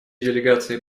делегации